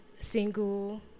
single